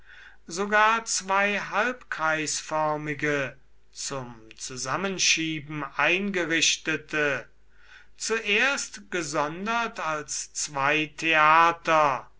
sogar zwei halbkreisförmige zum zusammenschieben eingerichtete zuerst gesondert als zwei theater